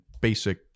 basic